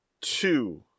two